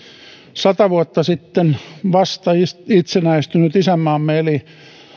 sata vuotta sitten vasta itsenäistynyt isänmaamme eli